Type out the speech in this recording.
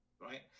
Right